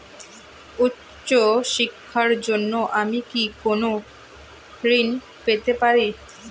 উচ্চশিক্ষার জন্য আমি কি কোনো ঋণ পেতে পারি?